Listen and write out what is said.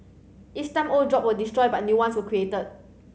each time old job were destroyed but new ones will created